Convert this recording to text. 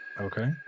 Okay